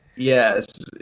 Yes